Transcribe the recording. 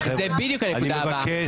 חגית,